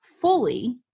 fully